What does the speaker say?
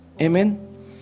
amen